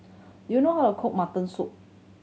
do you know how to cook mutton soup